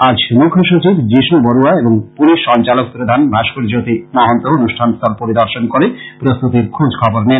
আজ মুখ্যসচিব জিষু বরুয়া এবং পুলিশ সঞ্চালক প্রধান ভাস্কর জ্যোতি মহন্ত অনুষ্ঠানস্থল পরিদর্শন করে প্রস্ততির খোজখবর নেন